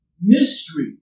mystery